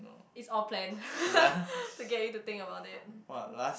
it's all planned to get you to think about it